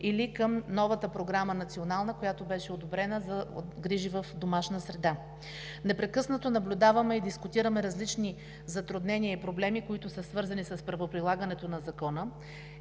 или към новата национална програма, която беше одобрена за грижи в домашна среда. Непрекъснато наблюдаваме и дискутираме различни затруднения и проблеми, които са свързани с правоприлагането на Закона,